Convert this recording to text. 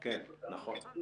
נכון.